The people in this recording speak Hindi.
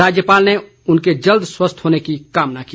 राज्यपाल ने उनके जल्द स्वस्थ होने की कामना की